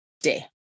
day